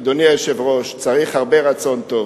אדוני היושב-ראש, צריך הרבה רצון טוב,